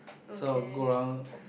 so I'll go around